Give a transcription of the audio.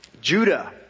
Judah